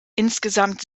insgesamt